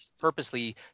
purposely